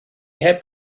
heb